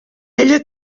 ella